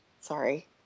sorry